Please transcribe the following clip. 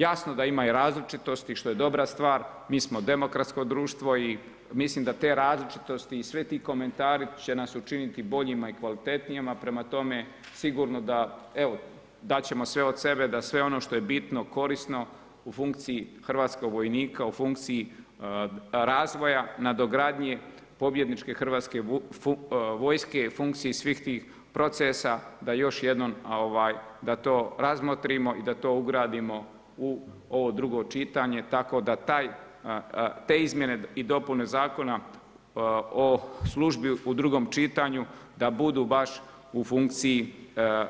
Jasno da ima i različitosti što je dobra stvar, mi smo demokratsko društvo i mislim da te različitosti i svi ti komentari će nas učiniti boljima i kvalitetnijima, prema tome, sigurno da evo dat ćemo sve od sebe da sve ono što je bitno korisno u funkciji hrvatskog vojnika u funkciji razvoja nadogradnje pobjedničke Hrvatske vojske i u funkciji svih tih procesa da još jednom da to ugradimo u ovo drugo čitanje tako da te izmjene i dopune Zakona o službi u drugom čitanju da budu baš u funkciji